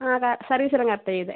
ആ സർവീസെല്ലാം കറക്റ്റാ ചെയ്തത്